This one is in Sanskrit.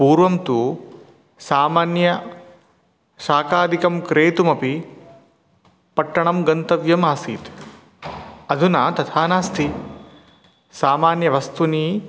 पूर्वं तु सामान्य शाकादिकं क्रेतुमपि पट्टणं गन्तव्यम् आसीत् अधुना तथा नास्ति सामान्यवस्तूनि